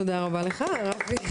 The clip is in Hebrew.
תודה רבה לך רפי,